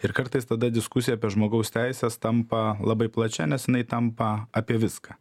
ir kartais tada diskusija apie žmogaus teises tampa labai plačia nes jinai tampa apie viską